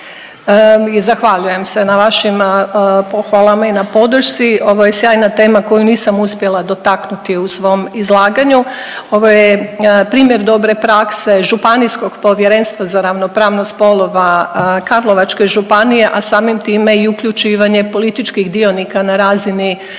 Zahvaljujem se na vašim pohvalama i na podršci. Ovo je sjajna tema koju nisam uspjela dotaknuti u svom izlaganju. Ovo je primjer dobre prakse Županijskog povjerenstva za ravnopravnost spolova Karlovačke županije, a samim time i uključivanje političkih dionika na razini,